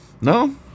No